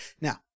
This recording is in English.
Now